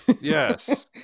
Yes